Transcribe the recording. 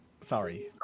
Sorry